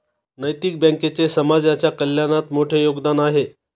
नैतिक बँकेचे समाजाच्या कल्याणात मोठे योगदान आहे